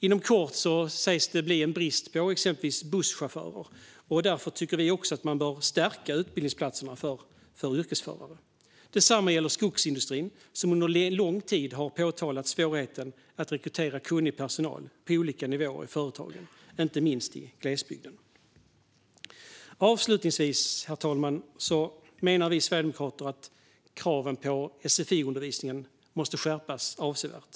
Inom kort sägs det bli brist på exempelvis busschaufförer. Därför tycker vi att man bör öka antalet utbildningsplatser för yrkesförare. Detsamma gäller skogsindustrin, som under lång tid har påtalat svårigheten att rekrytera kunnig personal på olika nivåer i företagen, inte minst i glesbygden. Avslutningsvis, herr talman, menar vi sverigedemokrater att kraven på sfi-undervisningen måste skärpas avsevärt.